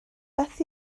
beth